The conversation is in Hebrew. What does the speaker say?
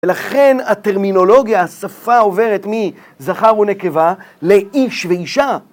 ולכן הטרמינולוגיה, השפה עוברת מזכר ונקבה לאיש ואישה.